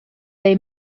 they